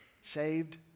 saved